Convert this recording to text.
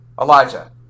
Elijah